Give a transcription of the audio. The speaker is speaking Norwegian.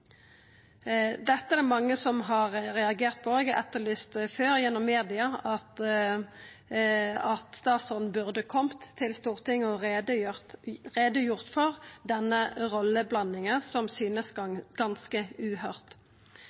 Dette er det mange som har reagert på, og det er etterlyst før, gjennom media, at statsråden burde ha kome til Stortinget og gjort greie for denne rolleblandinga, som synest ganske